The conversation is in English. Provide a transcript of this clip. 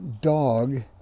dog